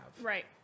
Right